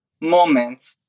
moment